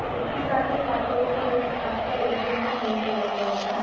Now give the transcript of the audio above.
ए C car का सात लोगों का रेंट आपका एक दिन का तीन हज़ार रुपये होगा